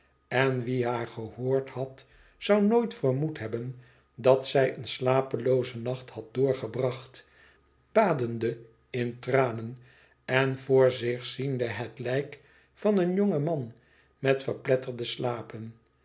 en wie haar gehoord had zoû nooit vermoed hebben dat zij een slapeloozen nacht had doorgebracht badende in tranen en voor zich ziende het lijk van een jongen man met verpletterde slapen